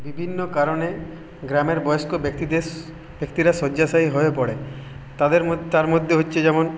বিভিন্ন কারণে গ্রামের বয়স্ক ব্যক্তিদের ব্যক্তিরা শয্যাশায়ী হয়ে পড়ে তাদের তার মধ্যে হচ্ছে যেমন